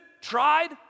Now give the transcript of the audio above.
tried